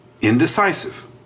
indecisive